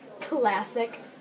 classic